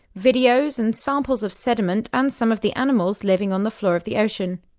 videos and samples of sediment, and some of the animals living on the floor of the ocean.